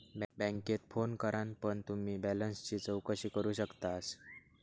बॅन्केत फोन करान पण तुम्ही बॅलेंसची चौकशी करू शकतास